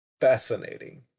fascinating